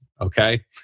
okay